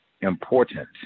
important